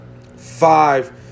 five